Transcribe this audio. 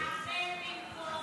ארבל פה.